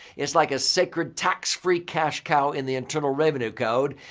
it's like a sacred tax-free cash cow in the internal revenue code.